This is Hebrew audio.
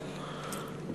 לכם,